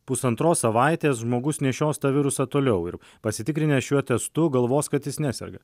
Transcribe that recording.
pusantros savaitės žmogus nešios tą virusą toliau ir pasitikrinęs šiuo testu galvos kad jis neserga